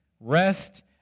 rest